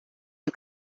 you